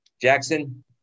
Jackson